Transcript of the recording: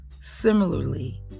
Similarly